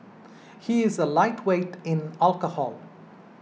he is a lightweight in alcohol